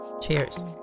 Cheers